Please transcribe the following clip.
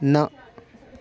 न